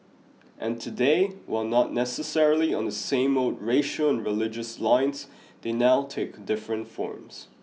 and today while not necessarily on the same old racial and religious lines they now take different forms